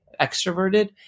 extroverted